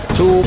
Two